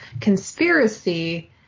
conspiracy